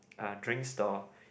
uh drink stall